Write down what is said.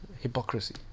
Hypocrisy